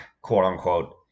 quote-unquote